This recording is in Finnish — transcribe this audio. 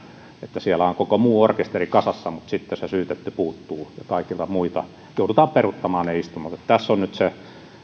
että siellä on koko muu orkesteri kasassa mutta se syytetty puuttuu ja kaikilta muilta joudutaan peruuttamaan ne istunnot tässä on nyt